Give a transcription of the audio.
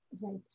Right